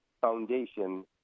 foundation